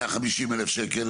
150,000 שקל,